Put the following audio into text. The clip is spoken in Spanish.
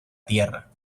tierra